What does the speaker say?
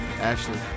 Ashley